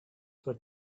for